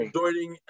joining